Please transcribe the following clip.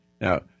Now